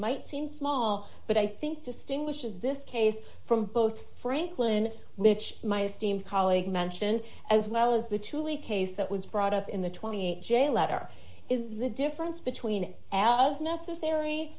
might seem small but i think distinguishes this case from both franklin which my esteemed colleague mention as well as the truly case that was brought up in the twenty eight jail letter is the difference between as necessary